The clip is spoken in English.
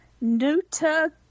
Nuta